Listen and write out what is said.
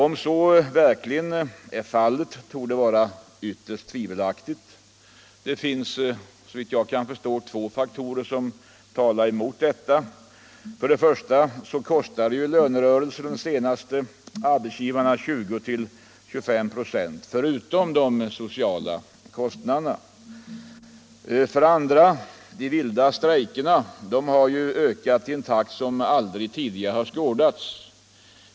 Om så verkligen är fallet torde vara ytterst tvivelaktigt. Det finns, såvitt jag kan förstå, två faktorer som talar emot detta. För det första kostade den senaste lönerörelsen arbetsgivarna 20-25 926 förutom de sociala kostnaderna. För det andra: De vilda strejkerna har ökat i en takt som aldrig tidigare skådats.